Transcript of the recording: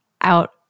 out